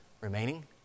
remaining